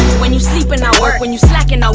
when you sleeping, i work. when you slacking,